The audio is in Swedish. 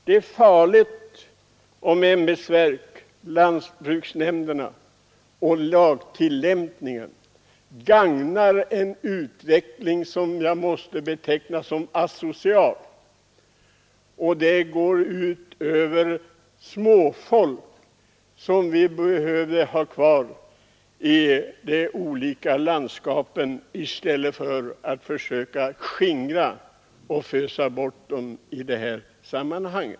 Det är farligt om ämbetsverken, lantbruksnämnderna och lagtillämpningen gagnar en utveckling som jag måste beteckna som asocial. Det går ut över småfolk som behöver vara kvar i de olika bygderna runt om i vårt land i stället för att fösas bort därifrån.